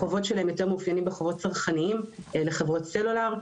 החובות שלהם יותר מאופיינים בחובות צרכניים לחברות סלולר.